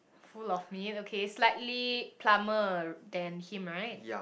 full of meat okay slightly plumper than him right